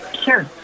Sure